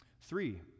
Three